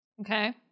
Okay